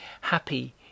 happy